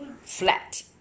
Flat